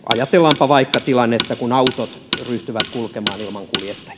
ajatellaanpa vaikka tilannetta kun autot ryhtyvät kulkemaan ilman